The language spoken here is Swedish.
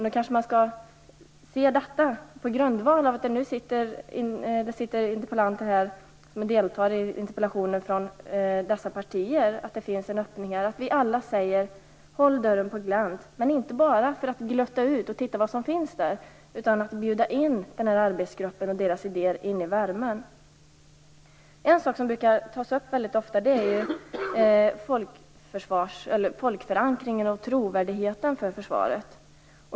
Nu kanske man skall se detta mot bakgrund av att det sitter personer här från dessa partier som deltar i interpellationsdebatten, och att det finns en öppning. Vi säger alla: Håll dörren på glänt! Men gör det inte bara för att glutta ut och titta vad som finns där, utan bjud in arbetsgruppen med dess idéer. Bjud in dem i värmen. En sak som ofta tas upp är folkförankringen och trovärdigheten för försvaret.